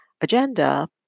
agenda